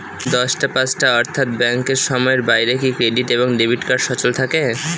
দশটা পাঁচটা অর্থ্যাত ব্যাংকের সময়ের বাইরে কি ক্রেডিট এবং ডেবিট কার্ড সচল থাকে?